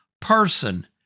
person